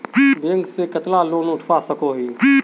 Bank से कतला loan उठवा सकोही?